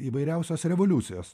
įvairiausios revoliucijos